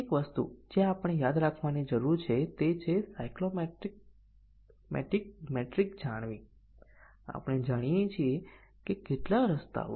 હવે જો આપણે A સાચું અને B ખોટું રાખીએ તો પરિણામ ખોટું છે